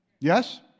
Yes